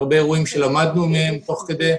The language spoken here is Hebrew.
הרבה אירועים שלמדנו מהם תוך כדי.